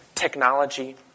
Technology